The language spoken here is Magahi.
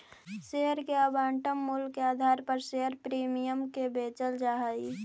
शेयर के आवंटन मूल्य के आधार पर शेयर प्रीमियम के बेचल जा हई